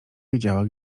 wiedziała